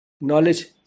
knowledge